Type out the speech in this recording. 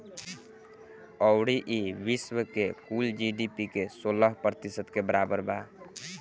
अउरी ई विश्व के कुल जी.डी.पी के सोलह प्रतिशत के बराबर बा